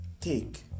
Take